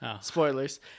Spoilers